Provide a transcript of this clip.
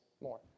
more